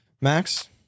max